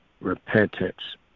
repentance